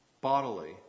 bodily